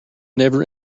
never